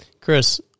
Chris